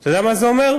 אתה יודע מה זה אומר?